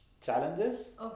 challenges